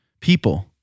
people